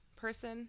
person